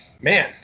man